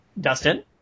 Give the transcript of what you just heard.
Dustin